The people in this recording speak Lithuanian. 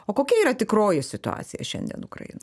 o kokia yra tikroji situacija šiandien ukrain